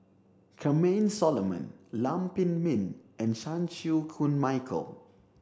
Charmaine Solomon Lam Pin Min and Chan Chew Koon Michael